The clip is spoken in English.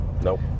Nope